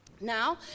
Now